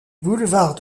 boulevard